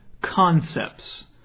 concepts